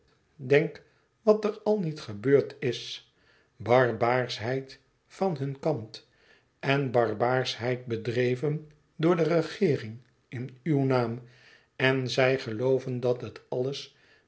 denk wat er al niet gebeurd is barbaarschheid van hun kant en barbaarschheid bedreven door de regeering in uw naam en zij gelooven dat het alles